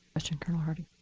question, colonel harting?